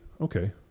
Okay